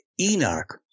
Enoch